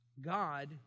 God